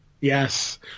yes